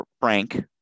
Frank